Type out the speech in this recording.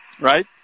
right